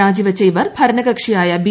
രാജി വച്ച ഇവർ ഭരണകക്ഷിയായ ബി